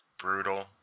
brutal